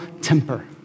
temper